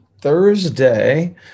Thursday